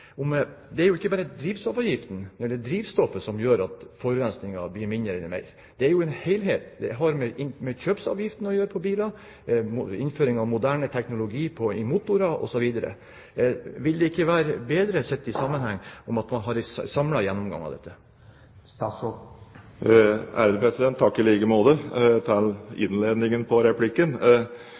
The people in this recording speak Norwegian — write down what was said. Det er jo ikke bare drivstoffavgiften eller drivstoffet som gjør at det blir mindre eller mer forurensning, det er jo en helhet. Det har med kjøpsavgiften på bil å gjøre, innføring av moderne teknologi i motorer osv. Ville det ikke være bedre – sett i sammenheng – om man hadde en samlet gjennomgang av dette? Takk i like måte, til innledningen på replikken.